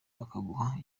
akaguha